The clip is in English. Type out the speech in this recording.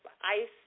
Ice